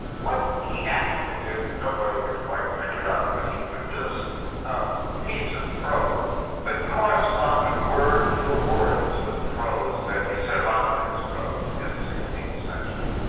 what he actually did, nobody can quite figure out, but he produced a piece of prose that but corresponded word for word to the prose that cervantes wrote in the sixteenth century.